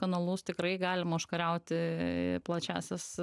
kanalus tikrai galima užkariauti plačiąsias